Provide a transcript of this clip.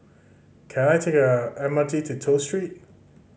can I take the M R T to Toh Street